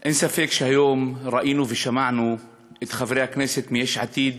אין ספק שהיום ראינו ושמענו את חברי הכנסת מיש עתיד,